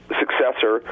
successor